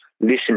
listen